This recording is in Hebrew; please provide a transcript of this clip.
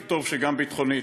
וטוב שגם ביטחונית.